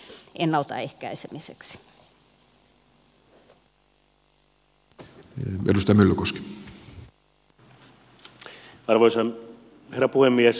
arvoisa herra puhemies